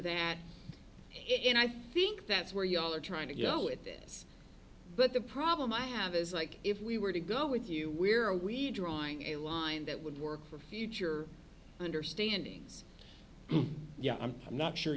it and i think that's where you all are trying to you know it this but the problem i have is like if we were to go with you we're we drawing a line that would work for future understanding yeah i'm not sure